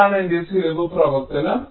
ഇതാണ് എന്റെ ചിലവ് പ്രവർത്തനം